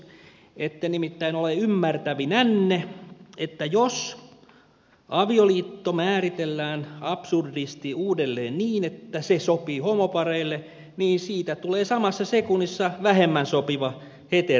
ette nimittäin ole ymmärtävinänne että jos avioliitto määritellään absurdisti uudelleen niin että se sopii homopareille niin siitä tulee samassa sekunnissa vähemmän sopiva heteropareille